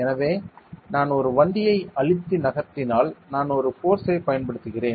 எனவே நான் ஒரு வண்டியை அழுத்தி நகர்த்தினால் நான் ஒரு ஃபோர்ஸ்சை பயன்படுத்துகிறேன்